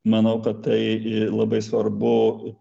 manau kad tai labai svarbu